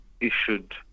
issued